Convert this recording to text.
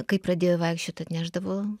kai pradėjo vaikščiot atnešdavo